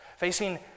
Facing